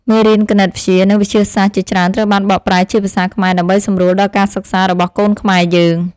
មេរៀនគណិតវិទ្យា និងវិទ្យាសាស្ត្រជាច្រើនត្រូវបានបកប្រែជាភាសាខ្មែរដើម្បីសម្រួលដល់ការសិក្សារបស់កូនខ្មែរយើង។